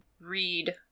read